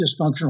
dysfunctional